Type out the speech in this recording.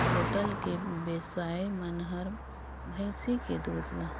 अउ होटल के बेवसाइ मन हर भइसी के दूद ल